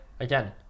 again